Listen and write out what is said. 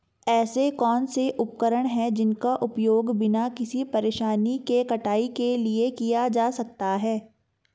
ऐसे कौनसे उपकरण हैं जिनका उपयोग बिना किसी परेशानी के कटाई के लिए किया जा सकता है?